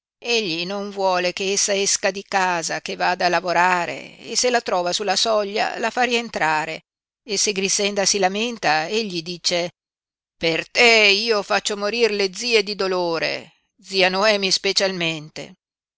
egli non vuole che essa esca di casa che vada a lavorare e se la trova sulla soglia la fa rientrare e se grixenda si lamenta egli dice per te io faccio morir le zie di dolore zia noemi specialmente